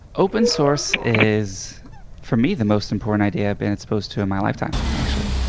open-source is for me, the most important idea i've been exposed to in my lifetime, actually.